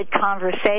conversation